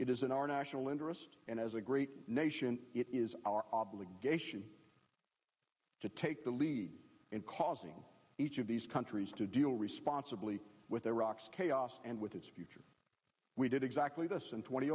is in our national interest and as a great nation it is our obligation to take the lead in causing each of these countries to deal responsibly with iraq's chaos and with its future we did exactly the same twenty